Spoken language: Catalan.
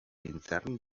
intern